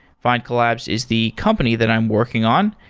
findcollabs is the company that i'm working on,